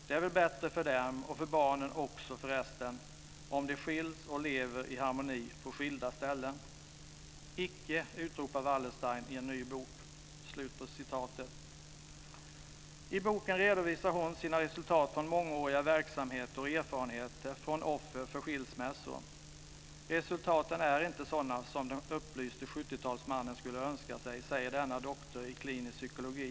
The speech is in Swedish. Det är väl bättre för dem, och för barnen också förresten, om de skiljs och lever i harmoni på skilda ställen. Icke! utropar Wallerstein i en ny bok. I boken redovisar Judith Wallerstein sina resultat från mångåriga verksamheter och erfarenheter av offer för skilsmässor. Resultaten är inte sådana som den upplyste 1970-talsmannen skulle ha önskat sig, säger denna doktor i klinisk psykologi.